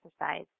exercise